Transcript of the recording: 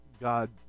God